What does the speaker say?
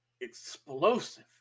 explosive